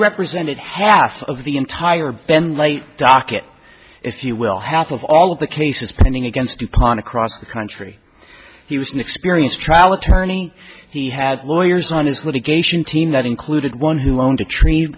represented half of the entire bend light docket if you will half of all of the cases pending against dupont across the country he was an experienced trial attorney he had lawyers on his litigation team that included one who owned a tr